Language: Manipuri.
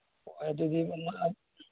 ꯑꯣ ꯑꯗꯨꯗꯤ